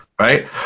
right